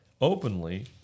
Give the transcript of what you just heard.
openly